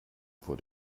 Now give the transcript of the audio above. vor